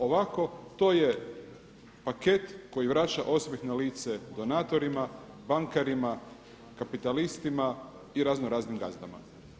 Ovako to je paket koji vraća osmjeh na lice donatorima, bankarima, kapitalistima i raznoraznim gazdama.